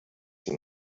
sie